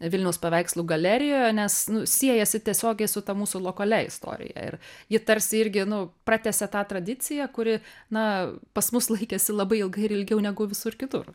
vilniaus paveikslų galerijoje nes siejasi tiesiogiai su ta mūsų lokalia istorija ir ji tarsi irgi nu pratęsė tą tradiciją kuri na pas mus laikėsi labai ilgai ir ilgiau negu visur kitur